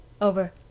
Over